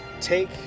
take